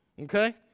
Okay